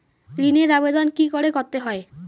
ঋণের আবেদন কি করে করতে হয়?